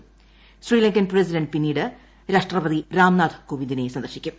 ് ശ്രീലങ്കൻ പ്രസിഡന്റ് പിന്നീട് രാഷ്ട്രപതി രാംനാഥ് കോവിന്ദിനെ സന്ദർശിക്കും